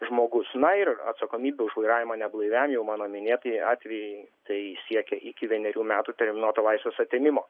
žmogus na ir atsakomybė už vairavimą neblaiviam jau mano minėtieji atvejai tai siekia iki vienerių metų terminuoto laisvės atėmimo